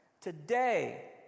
Today